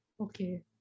okay